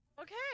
Okay